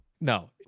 No